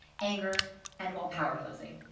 anger and while power posing.